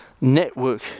network